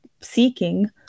seeking